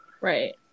Right